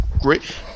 great